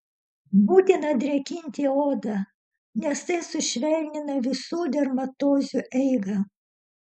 būtina drėkinti odą nes tai sušvelnina visų dermatozių eigą